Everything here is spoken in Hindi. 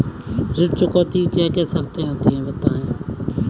ऋण चुकौती की क्या क्या शर्तें होती हैं बताएँ?